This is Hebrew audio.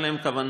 אין להם כוונות